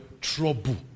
trouble